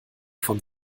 von